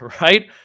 right